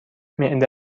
معده